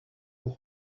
will